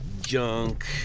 junk